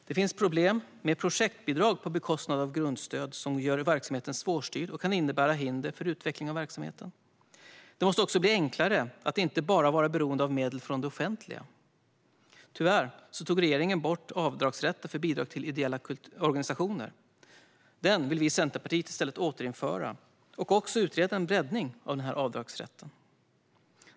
Det finns problem med projektbidrag på bekostnad av grundstöd som gör verksamheten svårstyrd och kan innebära hinder för utveckling av verksamheten. Det måste också bli enklare att inte vara beroende av medel enbart från det offentliga. Tyvärr tog regeringen bort avdragsrätten för bidrag till ideella organisationer. Den vill vi i Centerpartiet återinföra. Vi vill också utreda en breddning av denna avdragsrätt.